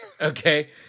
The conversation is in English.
Okay